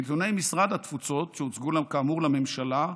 מנתוני משרד התפוצות, שהוצגו כאמור לממשלה,